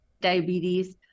diabetes